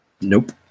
Nope